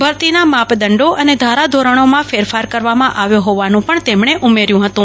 ભરતીના માપદંડો અને ધારાધોરણીમાં ફેરફાર કરવામાં આવ્યો હોવાનું પણ તેમણે ઉમેર્યું હતું